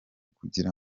kugira